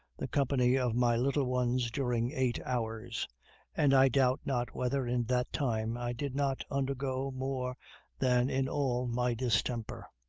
the company of my little ones during eight hours and i doubt not whether, in that time, i did not undergo more than in all my distemper.